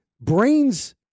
brains